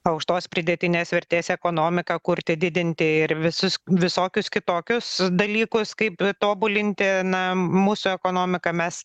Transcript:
aukštos pridėtinės vertės ekonomiką kurti didinti ir visus visokius kitokius dalykus kaip tobulinti na mūsų ekonomiką mes